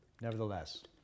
nevertheless